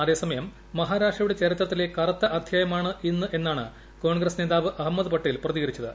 അതേസമയം മഹാരാഷ്ട്രയുടെ ചരിത്രത്തിലെ കറുത്ത അധ്യായമാണ് ഇന്ന് എന്നാണ് കോൺഗ്രസ് നേതാവ് അഹമ്മദ് പട്ടേൽ പ്രതികരിച്ചത്